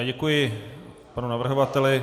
Děkuji panu navrhovateli.